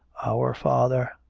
our father.